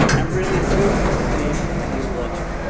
um really ill-conceived and illogical.